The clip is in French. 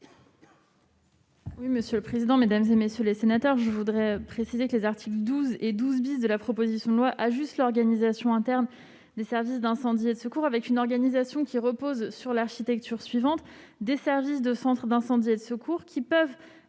Quel est l'avis du Gouvernement ? Je voudrais préciser que les articles 12 et 12 de la proposition de loi ajustent l'organisation interne des services d'incendie et de secours, avec une organisation qui repose sur l'architecture suivante : des services de centres d'incendie et de secours, qui peuvent